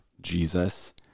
jesus